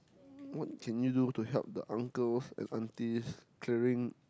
what can you do to help uncles and aunties clearing